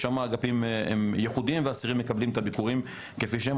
שם האגפים הם ייחודיים והאסירים מקבלים את הביקורים כפי שהם.